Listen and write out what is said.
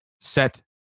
set